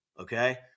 Okay